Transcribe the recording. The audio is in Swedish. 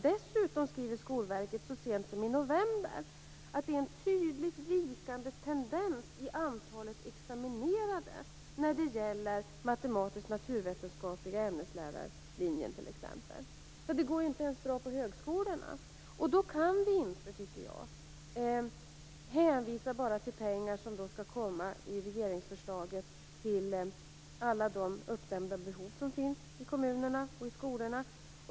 Dessutom skrev Skolverket så sent som i november att det är en tydligt vikande tendens i fråga om antalet examinerade när det t.ex. gäller matematisk-naturvetenskapliga ämneslärarlinjen. Det går inte ens bra på högskolorna. Då kan vi inte, tycker jag, bara hänvisa till pengar som skall komma i regeringsförslaget till alla de uppdämda behov som finns i kommunerna och skolorna.